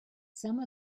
some